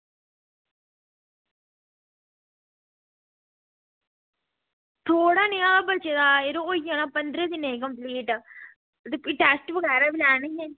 थोह्ड़ा नेहा बचे दा यरो होई जाना पंदरें दिनें ई कम्पलीट ते टेस्ट बगैरा बी लैने हे